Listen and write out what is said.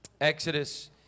Exodus